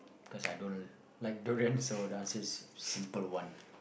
because I don't like durian so the answer is simple one